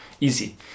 easy